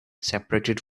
separated